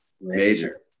Major